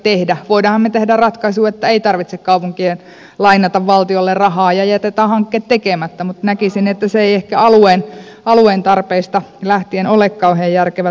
voimmehan me tehdä ratkaisun että kaupunkien ei tarvitse lainata valtiolle rahaa ja jätetään hankkeet tekemättä mutta näkisin että se ei ehkä alueen tarpeista lähtien ole kauhean järkevä toimintatapa